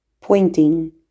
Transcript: pointing